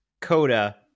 coda